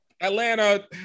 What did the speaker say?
atlanta